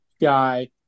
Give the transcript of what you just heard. guy